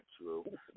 true